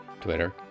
Twitter